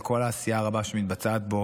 על כל העשייה הרבה שמתבצעת בו,